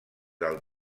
del